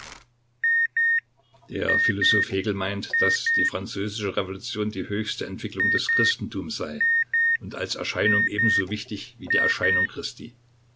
der philosoph hegel meint daß die französische revolution die höchste entwicklung des christentums sei und als erscheinung ebenso wichtig wie die erscheinung christi